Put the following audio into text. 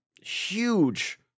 huge